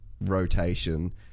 rotation